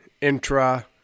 intra